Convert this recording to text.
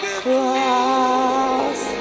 cross